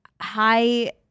high